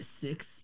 six